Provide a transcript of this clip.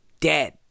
dead